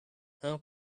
how